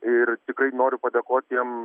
ir tikrai noriu padėkot tiem